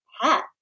hat